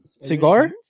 Cigar